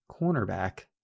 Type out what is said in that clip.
cornerback